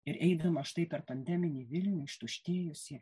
ir eidama štai tarp tandeminį vilniuje ištuštėjusį